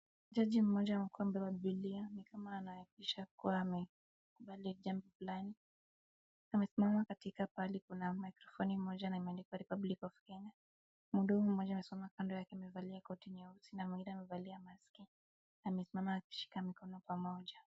Jaji mmoja mkuu amebeba bibilia ni kama anahakikisha kuwa ame manager fulani. Amesimama katika pahali kuna mikrofoni moja na imeandikwa Republic of Kenya. Mdomo mmoja amesimama kando yake amevalia koti nyeusi na mwenyewe amevalia maski. Amesimama akishika mikono pamoja.